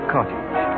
Cottage